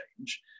change